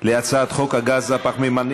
קריאה ראשונה.